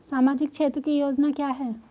सामाजिक क्षेत्र की योजना क्या है?